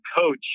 coach